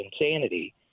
insanity